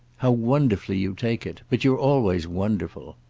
how wonderfully you take it! but you're always wonderful.